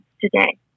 today